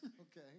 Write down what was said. Okay